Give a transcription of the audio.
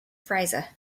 fraser